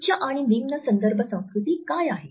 उच्च आणि निम्न संदर्भ संस्कृती काय आहे